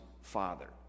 father